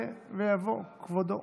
יעלה ויבוא כבודו.